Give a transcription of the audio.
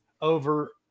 over